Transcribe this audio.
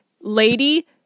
lady